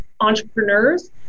entrepreneurs